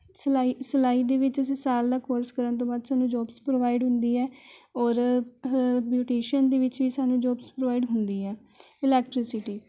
ਸਿਲਾਈ ਸਿਲਾਈ ਦੇ ਵਿੱਚ ਅਸੀਂ ਸਾਲ ਦਾ ਕੋਰਸ ਕਰਨ ਤੋਂ ਬਾਅਦ ਸਾਨੂੰ ਜੋਬਜ਼ ਪ੍ਰੋਵਾਈਡ ਹੁੰਦੀ ਹੈ ਔਰ ਬਿਊਟੀਸ਼ੀਅਨ ਦੇ ਵਿੱਚ ਵੀ ਸਾਨੂੰ ਜੋਬਜ਼ ਪ੍ਰੋਵਾਈਡ ਹੁੰਦੀ ਹੈ ਇਲੈਕਟ੍ਰੀਸਿਟੀ